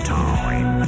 time